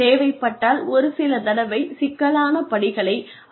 தேவைப்பட்டால் ஒரு சில தடவை சிக்கலான படிகளை அவர்களுக்குச் செய்து காட்டுங்கள்